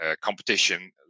competition